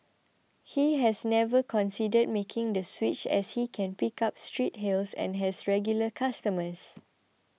he has never considered making the switch as he can pick up street hails and has regular customers